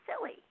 silly